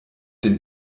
den